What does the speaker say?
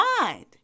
mind